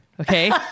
Okay